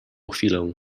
chwilę